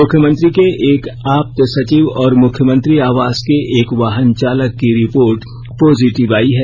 मुख्यमंत्री के एक आप्त सचिव और मुख्यमंत्री आवास के एक वाहन चालक की रिपोर्ट पॉजिटिव आई है